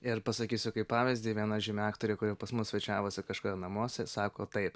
ir pasakysiu kaip pavyzdį viena žymi aktorė kuri pas mus svečiavosi kažką namuose sako taip